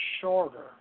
shorter